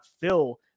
fill